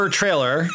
trailer